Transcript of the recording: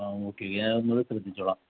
ആ ഓക്കേ ഞാൻ ഒന്നു കൂടെ ശ്രദ്ധിച്ചോളാം